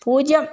പൂജ്യം